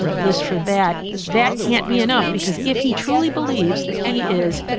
you know this for that that can't be enough, because if he truly believes that he is.